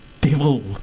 devil